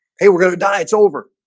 hey we're going to die it's over